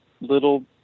little